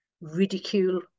ridicule